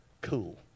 cool